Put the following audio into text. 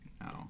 No